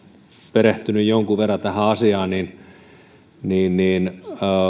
perehtynyt jonkun verran tähän asiaan niin niin